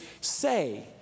say